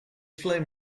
flame